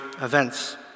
events